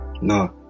No